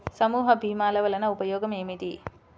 సమూహ భీమాల వలన ఉపయోగం ఏమిటీ?